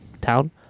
town